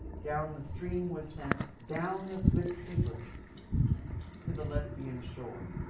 down the stream was sent, down the swift hebrus to the lesbian shore?